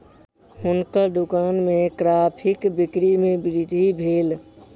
हुनकर दुकान में कॉफ़ीक बिक्री में वृद्धि भेल